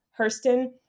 Hurston